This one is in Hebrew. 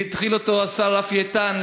התחיל אותה השר רפי איתן,